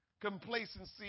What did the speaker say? Complacency